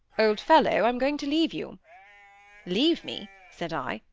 old fellow! i'm going to leave you leave me said i.